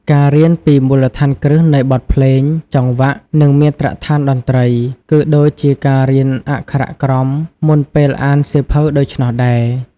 ការរៀនពី មូលដ្ឋានគ្រឹះនៃបទភ្លេង ចង្វាក់ និងមាត្រដ្ឋានតន្ត្រី គឺដូចជាការរៀនអក្ខរក្រមមុនពេលអានសៀវភៅដូច្នោះដែរ។